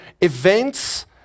events